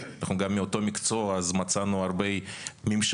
אנחנו גם מאותו מקצוע ומצאנו הרבה ממשקים,